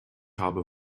habe